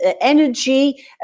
energy